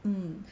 mm